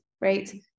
right